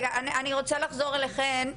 אני רוצה לחזור אליכן.